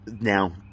now